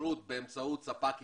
התקשרות באמצעות ספק יחיד?